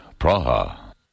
Praha